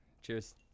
Cheers